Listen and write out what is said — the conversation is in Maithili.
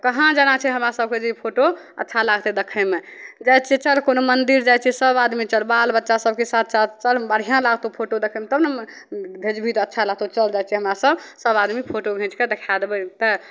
कहाँ जाना छै हमरा सभकेँ जे फोटो अच्छा लागतै देखैमे जाइ छिए चल कोनो मन्दिर जाइ छिए सभ आदमी चल बाल बच्चा सभकेँ साथ साथ चल बढ़िआँ लागतौ फोटो देखैमे तब ने भेजबही तऽ अच्छा लागतौ चल जाइ छिए हमरासभ सभ आदमी फोटो घिचिके देखै देबै तऽ